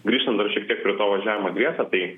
grįžtant dar šiek tiek prie to važiavimo dviese tai